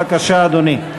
בבקשה, אדוני.